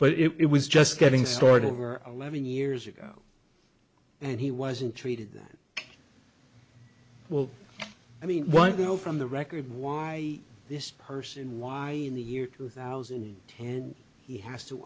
but it was just getting started over eleven years ago and he wasn't treated well i mean why go from the record why this person why in the year two thousand and he has to